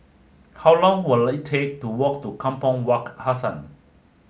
how long will it take to walk to Kampong Wak Hassan